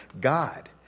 God